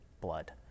blood